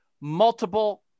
multiple